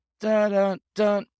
da-da-da